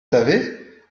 savez